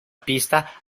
pista